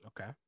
Okay